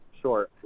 sure